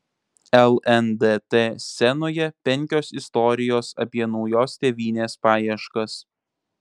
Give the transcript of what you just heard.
lndt scenoje penkios istorijos apie naujos tėvynės paieškas